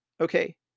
okay